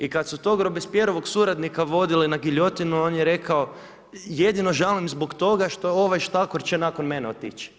I kad su tog Robespierre-ovog suradnika vodili na giljotinu, on je rekao jedino žalim zbog toga što ovaj štakor će nakon mene otići.